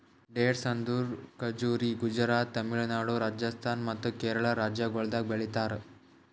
dates ಅಂದುರ್ ಖಜುರಿ ಗುಜರಾತ್, ತಮಿಳುನಾಡು, ರಾಜಸ್ಥಾನ್ ಮತ್ತ ಕೇರಳ ರಾಜ್ಯಗೊಳ್ದಾಗ್ ಬೆಳಿತಾರ್